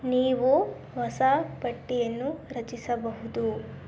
ನೀವು ಹೊಸ ಪಟ್ಟಿಯನ್ನು ರಚಿಸಬಹುದು